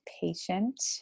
patient